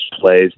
plays